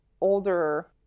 older